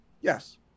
Yes